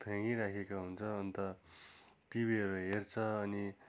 फ्याँकिराखेको हुन्छ अन्त टिभीहरू हेर्छ अनि